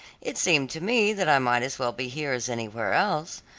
it seemed to me that i might as well be here as anywhere else.